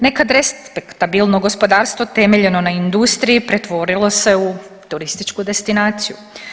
Nekad respektabilno gospodarstvo temeljeno na industriji pretvorilo se u turističku destinaciju.